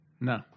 no